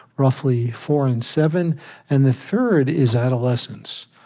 roughly, four and seven and the third is adolescence.